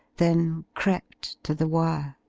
then crept to the wire.